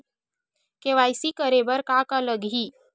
KYC करे बर का का लगही?